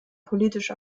politisch